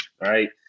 right